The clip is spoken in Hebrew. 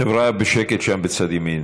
חבריא, בשקט שם בצד ימין.